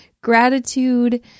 gratitude